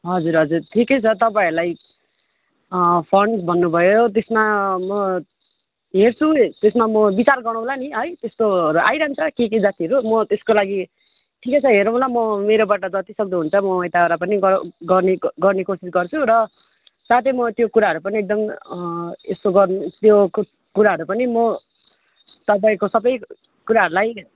हजुर हजुर ठिकै छ तपाईँहरूलाई फन्ड्स भन्नुभयो त्यसमा म हेर्छु त्यसमा म विचार गरौँला नि है त्यस्तोहरू आइरहन्छ के के जातीहरू म त्यसको लागि ठिकै छ हेरौँला म मेरोबाट जतिसक्दो हुन्छ म यताबाट पनि गरौँ गर्ने गर्ने कोसिस गर्छु र साथै म त्यो कुराहरू पनि एकदम यसो गर्नु त्यो कु कुराहरू पनि म तपाईँको सबै कुराहरूलाई